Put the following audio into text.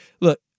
look